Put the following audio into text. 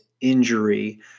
injury